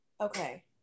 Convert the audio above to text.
okay